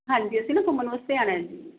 ਹਾਂਜੀ ਅਸੀਂ ਨਾ ਘੁੰਮਣ ਵਾਸਤੇ ਆਉਣਾ ਹੈ ਜੀ